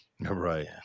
Right